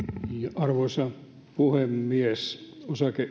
arvoisa puhemies